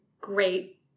great